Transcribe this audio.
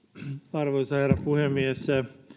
arvoisa herra puhemies